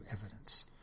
evidence